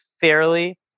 fairly